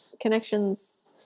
connections